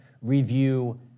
review